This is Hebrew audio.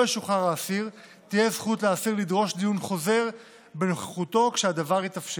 ישוחרר האסיר תהיה זכות לאסיר לדרוש דיון חוזר בנוכחותו כשהדבר יתאפשר.